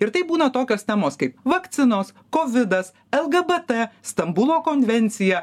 ir taip būna tokios temos kaip vakcinos kovidas lgbt stambulo konvencija